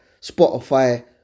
Spotify